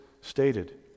stated